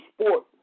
sport